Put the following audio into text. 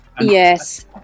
yes